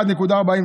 1.42